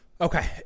Okay